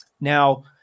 Now